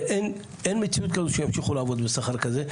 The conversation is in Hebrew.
ואין מציאות כזאת שמישהו יכול לעבוד בשכר כזה.